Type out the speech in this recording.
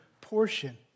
portion